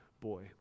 boy